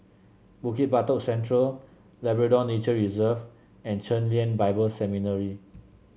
Bukit Batok Central Labrador Nature Reserve and Chen Lien Bible Seminary